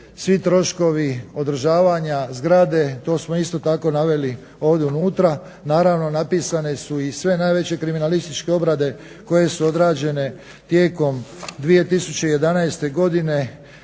svi troškovi održavanja, zgrade. To smo isto tako naveli ovdje unutra. Naravno napisane su sve najveće kriminalističke obrade koje su odrađene tijekom 2011.godine